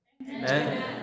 Amen